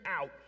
out